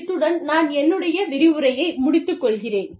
இத்துடன் நான் என்னுடைய விரிவுரையை முடித்துக் கொள்கிறேன்